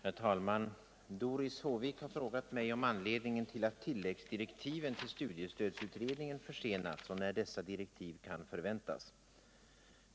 Herr talman! Doris Håvik har frågat mig om anledningen till att tilläggsdirektiven till studiestödsutredningen försenats och när dessa direktiv kan förväntas.